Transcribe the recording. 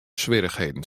swierrichheden